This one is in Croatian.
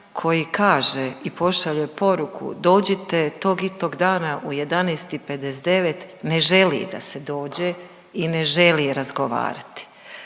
koji kaže i pošalje poruku dođite tog i tog dana u 11,59 ne želi da se dođe i ne želi razgovarati.